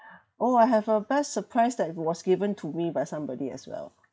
oh I have a best surprise that was given to me by somebody as well